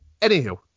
anywho